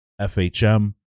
F-H-M